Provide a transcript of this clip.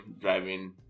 driving